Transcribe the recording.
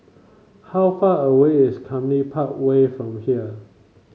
how far away is Cluny Park Way from here